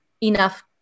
enough